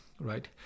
right